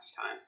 time